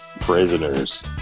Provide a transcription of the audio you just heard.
Prisoners